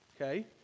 okay